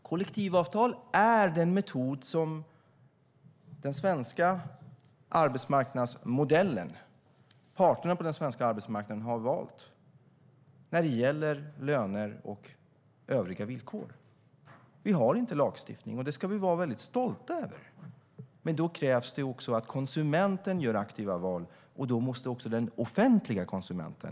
Kollektivavtal är den metod som parterna på den svenska arbetsmarknaden har valt när det gäller löner och övriga villkor. Vi har inte någon lagstiftning här, och det ska vi vara stolta över. Men då krävs det också att konsumenten gör aktiva val. Det gäller också den offentliga konsumenten.